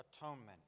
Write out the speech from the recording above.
atonement